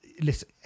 Listen